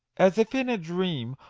as if in a dream,